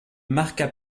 marqua